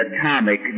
atomic